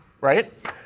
right